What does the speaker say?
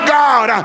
god